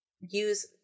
use